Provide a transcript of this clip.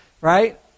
Right